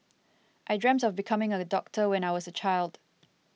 I dreamt of becoming a doctor when I was a child